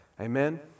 amen